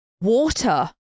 Water